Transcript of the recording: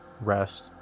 rest